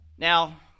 Now